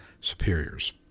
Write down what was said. superiors